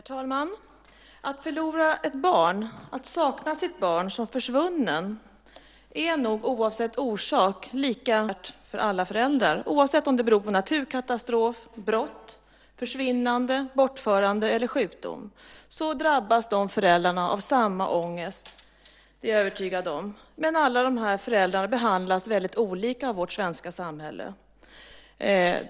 Herr talman! Att förlora ett barn, att sakna sitt barn som försvunnet, är nog oavsett orsak lika fruktansvärt för alla föräldrar. Oavsett om det beror på naturkatastrof, brott, försvinnande, bortförande eller sjukdom är jag övertygad om att dessa föräldrar drabbas av samma ångest. Men alla dessa föräldrar behandlas väldigt olika av vårt svenska samhälle.